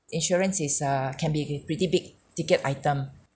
insurance is err can be be pretty big ticket item